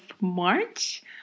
March